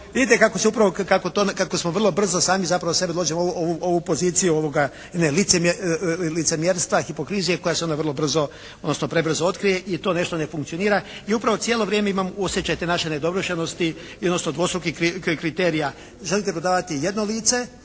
to, kako smo vrlo brzo sami zapravo sebe dovodimo u poziciju licemjerstva, hipokrizije koja se onda vrlo brzo odnosno prebrzo otkrije i to nešto ne funkcionira. I upravo cijelo vrijeme imam osjećaj te naše nedovršenosti i odnosno dvostrukih kriterija. Želite … /Govornik se ne